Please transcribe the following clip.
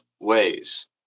ways